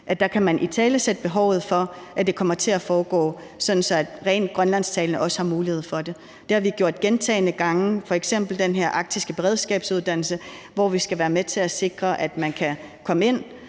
andre ting, kan italesatte behovet for, at det kommer til at foregå sådan, at rent grønlandsktalende også har mulighed for at tage dem. Det har vi gjort gentagne gange, f.eks. i forbindelse med den her arktiske beredskabsuddannelse, hvor vi skal være med til at sikre, at man kan komme ind.